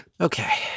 Okay